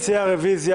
מציע הרביזיה,